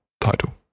title